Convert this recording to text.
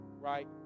Right